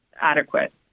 adequate